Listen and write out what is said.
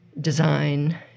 design